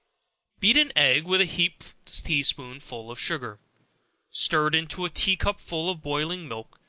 beat an egg with a heaped tea-spoonful of sugar stir it into a tea-cupful of boiling milk,